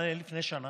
מה היה לפני שנה?